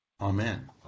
Amen